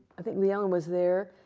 i think lione was there.